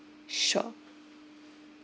sure